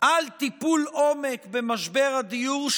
על טיפול עומק במשבר הדיור.